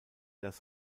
das